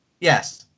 Yes